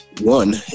One